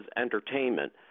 entertainment